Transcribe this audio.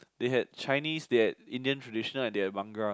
they had Chinese they had Indian traditional and they have Bhangra